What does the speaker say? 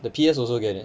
the P_S also get it